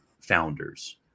founders